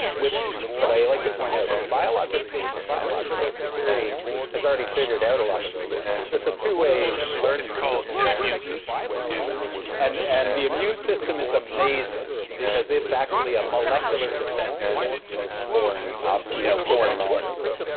but i like to point out, biological biological security has already figured out a lot of those lessons. it's it's a two way learning. it's called an immune system. and right, and and the immune system is amazing because it's actually a molecular defense against most foreign ah you know foreign molecules.